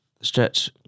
stretch